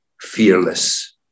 fearless